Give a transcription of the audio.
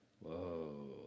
whoa